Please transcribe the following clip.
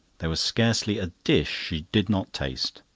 there was scarcely a dish she did not taste.